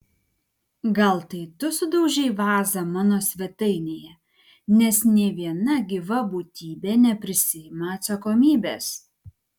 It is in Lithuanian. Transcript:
gal tai tu sudaužei vazą mano svetainėje nes nė viena gyva būtybė neprisiima atsakomybės